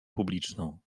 publiczną